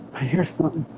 i hear something